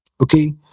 okay